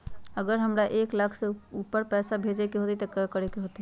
अगर हमरा एक लाख से ऊपर पैसा भेजे के होतई त की करेके होतय?